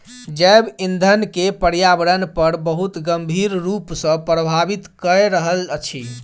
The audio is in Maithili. जैव ईंधन के पर्यावरण पर बहुत गंभीर रूप सॅ प्रभावित कय रहल अछि